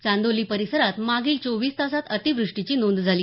चांदोली परिसरात मागील चोवीस तासात अतिवृष्टीची नोंद झाली